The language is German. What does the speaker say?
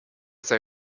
sei